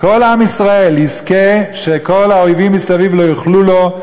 כל עם ישראל יזכה שכל האויבים מסביב לא יוכלו לו.